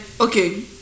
okay